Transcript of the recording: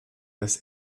das